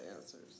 answers